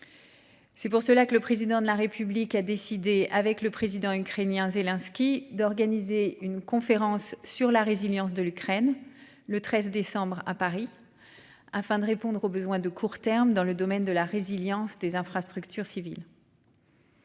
C'est pour cela que le président de la République a décidé, avec le président ukrainien Zelensky d'organiser une conférence sur la résilience de l'Ukraine, le 13 décembre à Paris. Afin de répondre aux besoins de court terme dans le domaine de la résilience des infrastructures civiles.--